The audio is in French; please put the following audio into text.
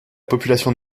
population